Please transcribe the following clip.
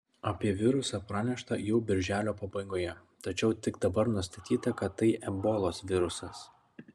apie virusą pranešta jau birželio pabaigoje tačiau tik dabar nustatyta kad tai ebolos virusas